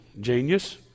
genius